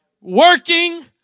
working